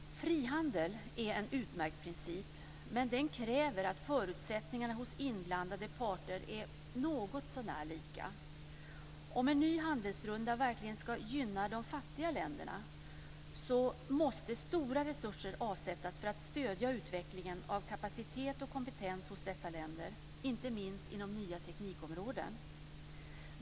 Frihandel är en utmärkt princip, men den kräver att förutsättningarna hos inblandade parter är något sånär lika. Om en ny handelsrunda verkligen ska gynna de fattiga länderna måste stora resurser avsättas för att stödja utvecklingen av kapacitet och kompetens hos dessa länder, inte minst inom nya teknikområden.